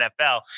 NFL